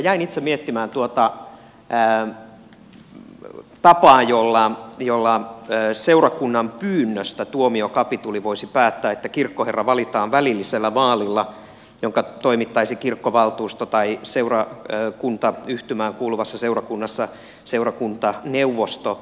jäin itse miettimään tuota tapaa jolla seurakunnan pyynnöstä tuomiokapituli voisi päättää että kirkkoherra valitaan välillisellä vaalilla jonka toimittaisi kirkkovaltuusto tai seurakuntayhtymään kuuluvassa seurakunnassa seurakuntaneuvosto